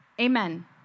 amen